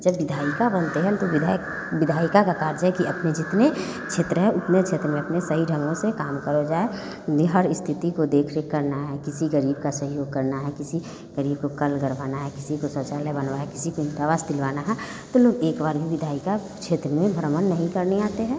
जब विधायक बनते हैं तो विधायक का कार्य कि अपने जितने क्षेत्र हैं उतने क्षेत्र में अपने सही ढंग से काम करा जाए हर स्थिति को देखरेख करना है किसी गरीब का सहयोग करना है किसी गरीब को घर बनवाना है किसी को शौचालय बनवा किसी को दिलवाना है इतनी एक बार में विधायक क्षेत्र में भ्रमण नहीं करने आते हैं